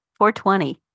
420